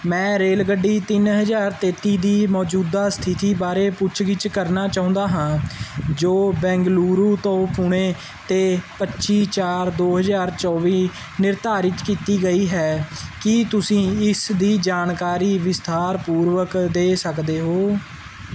ਮੈਂ ਰੇਲਗੱਡੀ ਤਿੰਨ ਹਜ਼ਾਰ ਤੇਤੀ ਦੀ ਮੌਜੂਦਾ ਸਥਿਤੀ ਬਾਰੇ ਪੁੱਛਗਿੱਛ ਕਰਨਾ ਚਾਹੁੰਦਾ ਹਾਂ ਜੋ ਬੈਂਗਲੁਰੂ ਤੋਂ ਪੁਣੇ ਤੇ ਪੱਚੀ ਚਾਰ ਦੋ ਹਜ਼ਾਰ ਚੌਵੀ ਨਿਰਧਾਰਤ ਕੀਤੀ ਗਈ ਹੈ ਕੀ ਤੁਸੀਂ ਇਸ ਦੀ ਜਾਣਕਾਰੀ ਵਿਸਥਾਰਪੂਰਵਕ ਦੇ ਸਕਦੇ ਹੋ